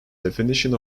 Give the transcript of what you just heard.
definition